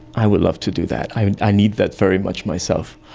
i would love to do that, i i need that very much myself.